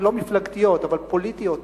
לא מפלגתיות אבל פוליטיות